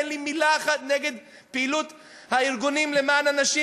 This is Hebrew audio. אין לי מילה אחת נגד פעילות הארגונים למען הנשים,